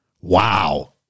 Wow